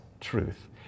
truth